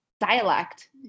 dialect